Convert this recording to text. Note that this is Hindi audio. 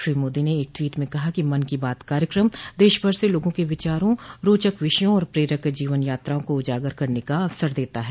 श्री मोदी ने एक टवीट में कहा कि मन की बात कार्यक्रम देशभर से लोगों के विचारों रोचक विषयों और प्रेरक जीवन यात्राओं को उजागर करन का अवसर देता है